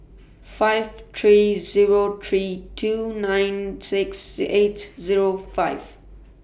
five three Zero three two nine six eight Zero five